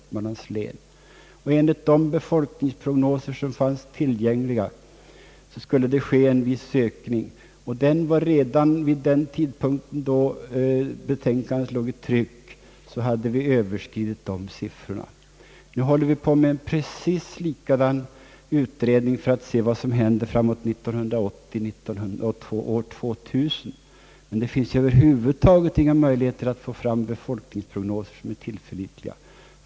Tillgängliga befolkningsprognoser innebar att en viss ökning skulle ske, men redan när betänkandet trycktes hade prognosens siffror överskridits. Nu håller vi på med en precis likadan utredning för att komma underfund med vad som skall hända framåt år 1980 och år 2000, men det finns över huvud taget inga möjligheter att få fram tillförlitliga befolkningsprognoser.